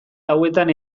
hauetan